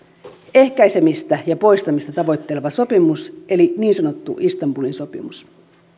ehkäisemistä ja poistamista tavoitteleva sopimus eli niin sanottu istanbulin sopimus